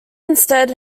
instead